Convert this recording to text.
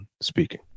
speaking